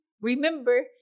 remember